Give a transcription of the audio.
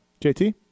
JT